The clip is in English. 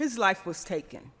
his life was taken